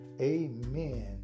Amen